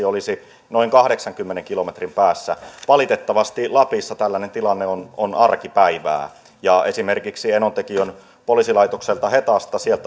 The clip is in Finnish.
olisi noin kahdeksankymmenen kilometrin päässä valitettavasti lapissa tällainen tilanne on on arkipäivää esimerkiksi enontekiön poliisilaitokselta hetasta